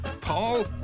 Paul